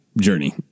journey